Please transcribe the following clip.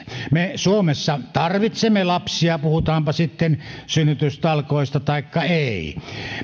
me suomessa tarvitsemme lapsia puhutaanpa sitten synnytystalkoista taikka ei